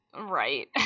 right